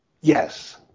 Yes